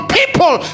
people